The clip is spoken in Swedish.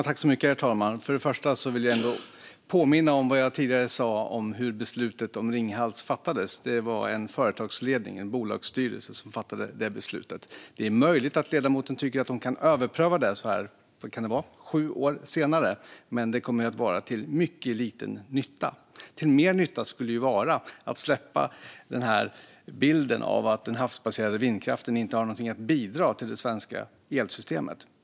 Herr talman! Jag vill påminna om vad jag tidigare sa om hur beslutet om Ringhals fattades. Det var en företagsledning - en bolagsstyrelse - som fattade detta beslut. Det är möjligt att ledamoten tycker att de kan överpröva det så här - vad kan det vara - sju år senare, men det skulle vara till mycket liten nytta. Till mer nytta skulle vara att släppa bilden av att den havsbaserade vindkraften inte har någonting att bidra med till det svenska elsystemet.